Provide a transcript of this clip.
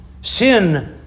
Sin